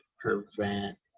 prevent